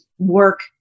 work